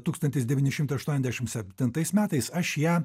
tūkstantis devyni šimtai aštuoniasdešimt septintais metais aš ją